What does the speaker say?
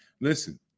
listen